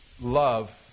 love